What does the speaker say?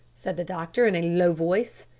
said the doctor in a low voice,